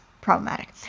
problematic